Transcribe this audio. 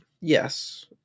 yes